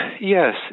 yes